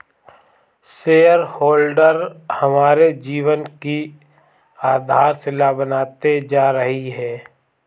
share holder हमारे जीवन की आधारशिला बनते जा रही है